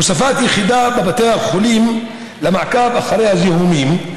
הוספת יחידה בבתי החולים למעקב אחרי הזיהומים,